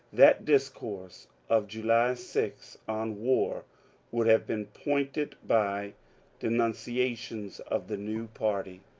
that discourse of july six on war would have been pointed by denunciations of the new party.